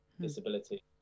disability